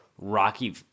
Rocky